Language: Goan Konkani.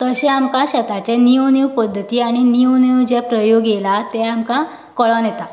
तशे आमकां शेताचे नीव नीव पद्दती नीव नीव जे प्रयोग येला तें आमकां कळून येता